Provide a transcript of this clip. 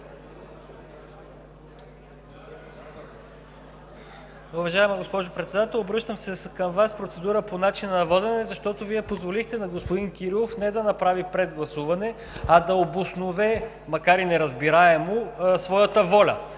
Уважаема госпожо Председател, обръщам се към Вас с процедура по начина на водене, защото позволихте на господин Кирилов не да направи процедура за прегласуване, а да обоснове, макар и неразбираемо, своята воля.